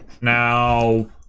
now